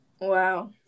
Wow